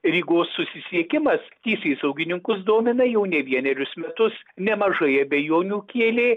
rygos susisiekimas teisėsaugininkus domina jau ne vienerius metus nemažai abejonių kėlė